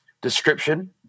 description